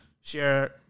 share